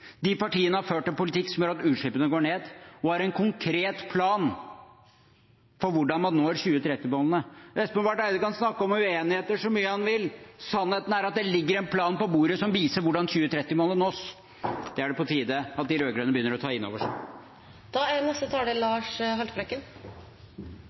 De partiene har ført en politikk som gjør at utslippene går ned, og har en konkret plan for hvordan man når 2030-målene. Espen Barth Eide kan snakke om uenigheter så mye han vil – sannheten er at det ligger en plan på bordet som viser hvordan 2030-målet nås. Det er det på tide at de rød-grønne begynner å ta inn over